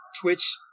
Twitch